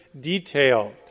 detail